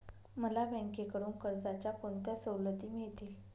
मला बँकेकडून कर्जाच्या कोणत्या सवलती मिळतील?